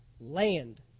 land